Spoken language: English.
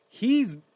hes